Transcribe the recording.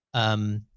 um,